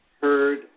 heard